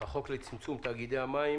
החוק לצמצום תאגידי המים